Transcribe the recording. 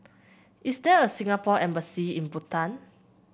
is there a Singapore Embassy in Bhutan